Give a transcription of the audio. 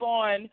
on